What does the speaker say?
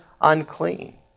unclean